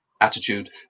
attitude